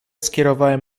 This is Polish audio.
skierowałem